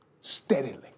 steadily